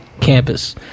campus